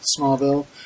Smallville